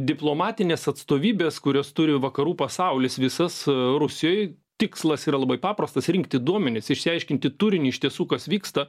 diplomatinės atstovybės kurias turi vakarų pasaulis visas rusijoj tikslas yra labai paprastas rinkti duomenis išsiaiškinti turinį iš tiesų kas vyksta